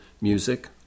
music